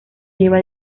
lleva